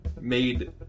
made